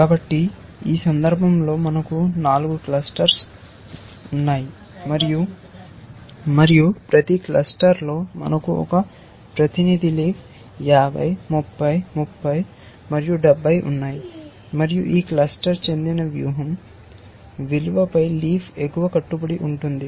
కాబట్టి ఈ సందర్భంలో మనకు 4 క్లస్టర్లు ఉన్నాయి మరియు ప్రతి క్లస్టర్లో మనకు ఒక ప్రతినిధి లీఫ్ 50 30 30 మరియు 70 ఉన్నాయి మరియు ఈ క్లస్టర్ చెందిన వ్యూహం విలువపై లీఫ్ ఎగువ కట్టుబడి ఉంటుంది